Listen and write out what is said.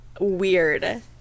weird